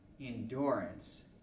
endurance